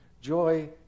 Joy